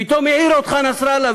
פתאום העיר אותך נסראללה,